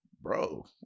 bro